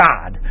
God